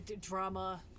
Drama